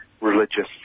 religious